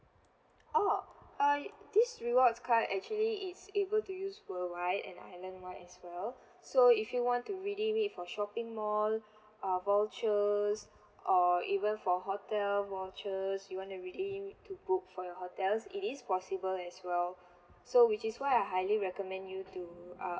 orh uh this rewards card actually is able to use worldwide and island wide as well so if you want to redeem it for shopping mall uh vouchers or even for hotel vouchers you wanna redeem to book for your hotels it is possible as well so which is why I highly recommend you to uh